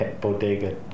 Bodega